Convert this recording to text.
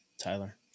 Tyler